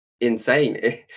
insane